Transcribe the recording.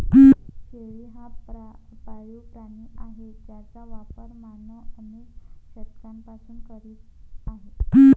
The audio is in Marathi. शेळी हा पाळीव प्राणी आहे ज्याचा वापर मानव अनेक शतकांपासून करत आहे